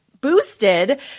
boosted